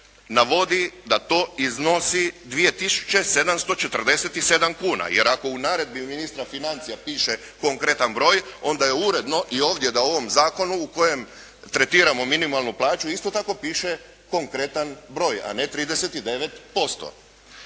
navodi da to iznosi 2 tisuće 747 kuna, jer ako u naredbi ministra financija piše konkretan broj, onda je uredno i ovdje da u ovom zakonu u kojem tretiramo minimalnu plaću isto tako piše konkretan broj, a ne 39%.